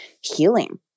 healing